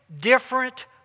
different